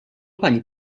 pani